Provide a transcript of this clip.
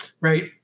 right